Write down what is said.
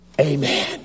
Amen